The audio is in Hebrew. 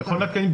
מכון התקנים,